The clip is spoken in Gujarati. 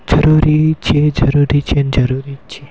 જરૂરી છે જરૂરી છેને જરૂરી છે